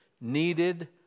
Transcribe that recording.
needed